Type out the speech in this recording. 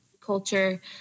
culture